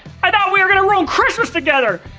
we're gonna ruin christmas together!